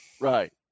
Right